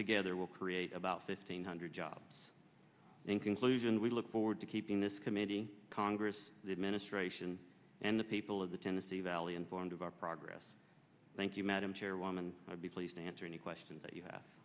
together will create about fifteen hundred jobs in conclusion we look forward to keeping this committee congress the administration and the people of the tennessee valley informed of our progress thank you madam chairwoman i'd be pleased to answer any questions that you have